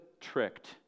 tricked